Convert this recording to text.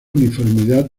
uniformidad